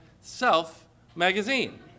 self-magazine